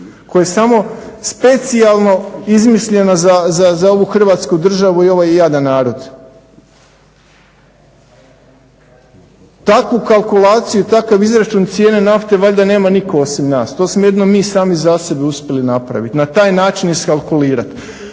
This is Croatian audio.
koja je samo specijalno izmišljena za ovu Hrvatsku državu i ovaj jadan narod. Takvu kalkulaciju i takav izračun cijene nafte valjda nema nitko osim nas, to smo jedino mi sami za sebe uspjeli napravit, na taj način iskalkulirat.